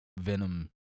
Venom